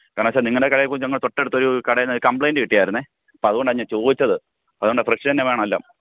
കാരണം വെച്ചാൽ നിങ്ങളുടെ കടയെ കുറിച്ച് ഞങ്ങളുടെ തൊട്ടടുത്ത് ഒരു കടയിൽനിന്ന് ഒര് കംപ്ലൈന്റ് കിട്ടിയായിരുന്നെ അപ്പം അതുകൊണ്ടാ ഞാന് ചോദിച്ചത് അപ്പം അതുകൊണ്ടാ ഫ്രഷ് തന്നെ വേണമല്ലോ